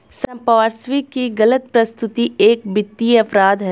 संपार्श्विक की गलत प्रस्तुति एक वित्तीय अपराध है